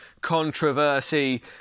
controversy